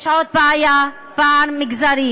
יש עוד בעיה, של פער מגזרי.